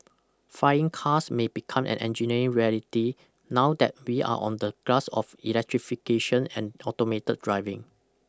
flying cars may become an engineering reality now that we are on the cusp of electrification and automated driving